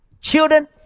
Children